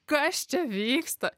kas čia vyksta